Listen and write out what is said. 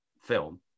film